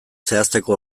zehazteko